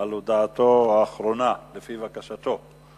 על הודעתו האחרונה, לפי בקשתו.